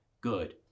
good